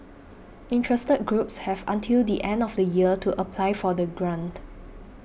interested groups have until the end of the year to apply for the grant